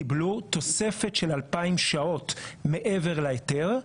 קיבלו תוספת של 2,000 שעות מעבר להיתר,